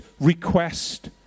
request